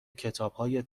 کتابهای